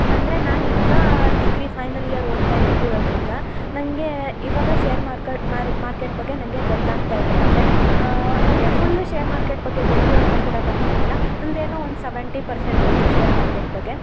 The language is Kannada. ಅಂದರೆ ನಾನು ಇವಾಗ ಡಿಗ್ರಿ ಫೈನಲ್ ಇಯರ್ ಓದ್ತಾ ಇರೋದರಿಂದ ನನಗೆ ಇವಾಗ ಶೇರ್ ಮಾರ್ಕಟ್ ಮಾರ್ಕೆಟ್ ಬಗ್ಗೆ ನನಗೆ ಗೊತ್ತಾಗ್ತಯಿದೆ ಅಂದರೆ ನನಗೆ ಫುಲ್ ಶೇರ್ ಮಾರ್ಕೆಟ್ ಬಗ್ಗೆ ಗೊತ್ತು ಅಂತ ಕೂಡ ನಾನು ಹೇಳಲ್ಲ ಒಂದು ಏನೊ ಒಂದು ಸವೆಂಟಿ ಪ್ರಸೆಂಟ್ ಗೊತ್ತು ಶೇರ್ ಮಾರ್ಕೆಟ್ ಬಗ್ಗೆ